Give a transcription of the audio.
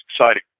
exciting